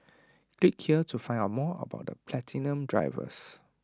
click here to find out more about the platinum drivers